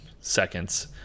seconds